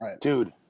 Dude